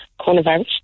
coronavirus